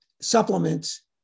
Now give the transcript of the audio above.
supplements